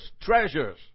treasures